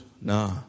Nah